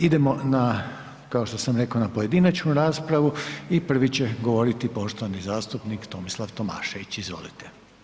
Idemo na, kao što sam rekao na pojedinačnu raspravu i prvi će govoriti poštovani zastupnik Tomislav Tomašević, izvolite.